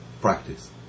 practice